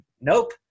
Nope